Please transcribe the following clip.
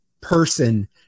person